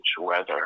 weather